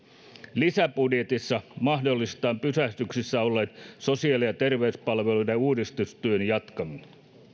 lisäbudjetissa mahdollistetaan pysähdyksissä olleen sosiaali ja terveyspalveluiden uudistustyön jatkaminen